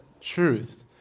truth